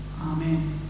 Amen